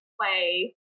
play